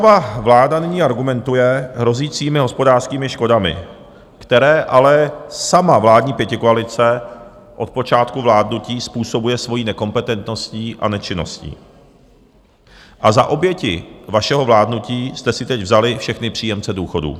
Fialova vláda nyní argumentuje hrozícími hospodářskými škodami, které ale sama vládní pětikoalice od počátku vládnutí způsobuje svojí nekompetentností a nečinností, a za oběti vašeho vládnutí jste si teď vzali všechny příjemce důchodů.